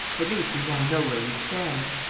at least, we now know where we stand.